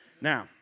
Now